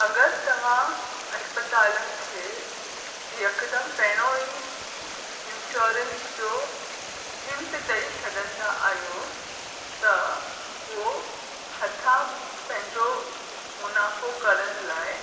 अगरि तव्हां अस्पतालनि खे यकदमि पहिरों ई इंशोरंस जो हिंट ॾेई छॾंदा आहियो त उहो हथां पंहिंजो मुनाफ़ो करण लाइ